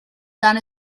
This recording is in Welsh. dan